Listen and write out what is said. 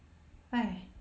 why